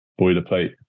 boilerplate